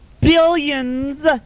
billions